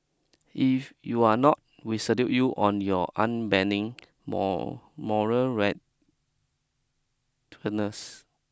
if you're not we salute you on your unbending more moral rightness